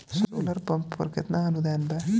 Solar pump पर केतना अनुदान बा?